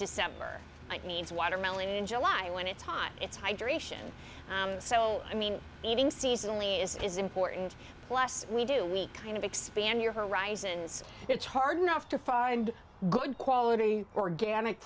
december it needs watermelon in july when it's hot it's hydration so i mean eating seasonally is important plus we do we kind of expand your horizons it's hard enough to find good quality organic